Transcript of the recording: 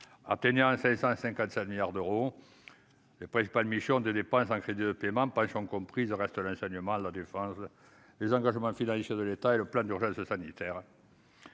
655 milliards d'euros les principales missions de dépenses en crédits de paiement par action comprise reste l'enseignement, la défense, les engagements financiers de l'État et le plan d'urgence sanitaire.